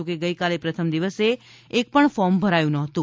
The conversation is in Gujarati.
જો કે ગઇકાલે પ્રથમ દિવસે એકપણ ફોર્મ ભરાયું નહોતું